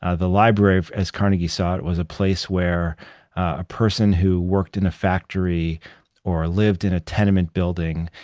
ah the library, as carnegie saw it, was a place where a person who worked in a factory or lived in a tenement building,